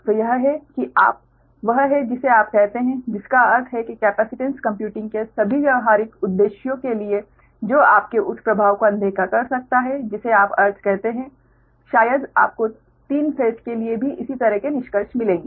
तो यह है कि आप वह हैं जिसे आप कहते हैं जिसका अर्थ है कि कैपेसिटेन्स कंप्यूटिंग के सभी व्यावहारिक उद्देश्योंके लिए जो आपके उस प्रभाव को अनदेखा कर सकता है जिसे आप अर्थ कहते हैं शायद आपको 3 फेस के लिए भी इसी तरह के निष्कर्ष मिलेंगे